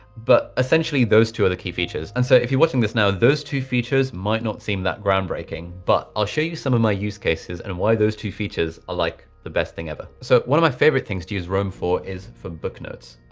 but essentially those two are the key features. and so if you're watching this now, those two features might not seem that groundbreaking, but i'll show you some of my use cases and why those two features are like the best thing ever. so one of my favourite things to use roam for is for book notes.